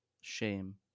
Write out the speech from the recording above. Shame